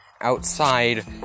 outside